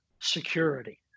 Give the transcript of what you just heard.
security